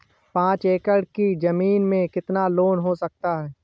पाँच एकड़ की ज़मीन में कितना लोन हो सकता है?